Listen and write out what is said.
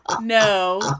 No